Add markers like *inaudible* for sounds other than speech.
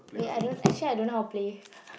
wait I don't actually I don't know how play *laughs*